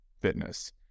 fitness